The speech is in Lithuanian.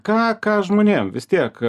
ką ką žmonėm vis tiek